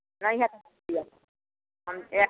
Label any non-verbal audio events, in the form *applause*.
*unintelligible*